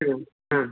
ആ